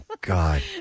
God